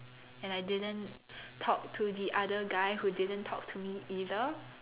and I didn't talk to the other guy who didn't talk to me either